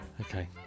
Okay